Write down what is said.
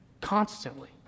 constantly